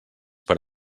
per